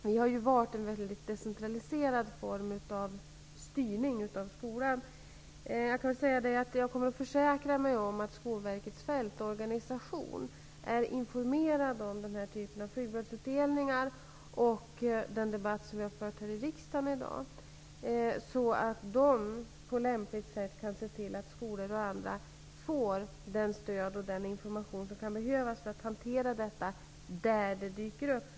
Vi har ju valt en mycket decentraliserad form av styrning av skolan. Jag kommer att försäkra mig om att Skolverkets fältorganisation är informerad om den här typen av flygbladsutdelningar och om den debatt som vi har fört här i riskdagen i dag, så att man på lämpligt sätt kan se till att skolor och andra får det stöd och den information som kan behövas för att man skall kunna hantera detta där det dyker upp.